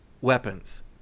weapons